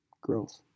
Growth